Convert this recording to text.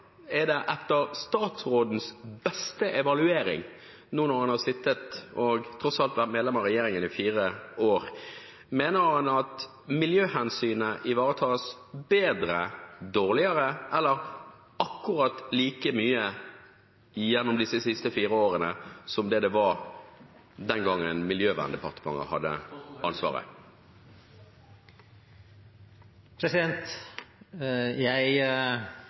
har sittet og tross alt vært medlem av regjeringen i fire år, er det, etter statsrådens beste evaluering, slik at han mener at miljøhensynet ivaretas bedre, dårligere eller akkurat like godt gjennom disse siste fire årene som det det var den gangen Miljøverndepartementet hadde ansvaret? Jeg